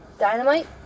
Dynamite